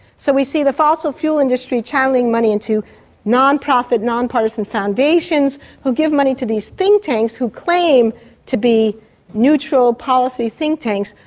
so we see the fossil fuel industry channelling money into non-profit, non-partisan foundations who give money to these think tanks who claim to be neutral policy think tanks,